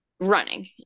running